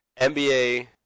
NBA